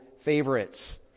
favorites